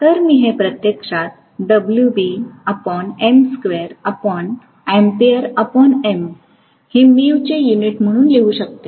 तर मी हे प्रत्यक्षात हे चे युनिट म्हणून लिहू शकते